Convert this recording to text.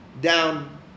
down